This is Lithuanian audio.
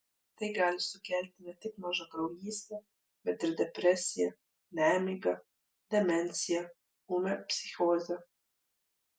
tai gali sukelti ne tik mažakraujystę bet ir depresiją nemigą demenciją ūmią psichozę